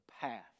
path